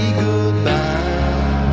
goodbye